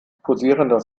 posierender